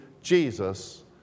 Jesus